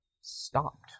stopped